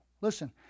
Listen